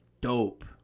dope